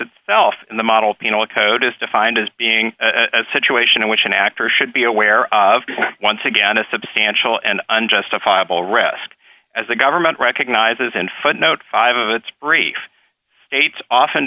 itself in the model penal code is defined as being a situation in which an actor should be aware of once again a substantial and unjustifiable risk as the government recognizes and footnote five of its brief states often